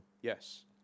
Yes